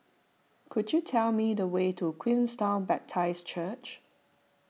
could you tell me the way to Queenstown Baptist Church